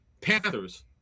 Panthers